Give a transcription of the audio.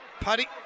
Paddy